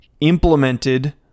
implemented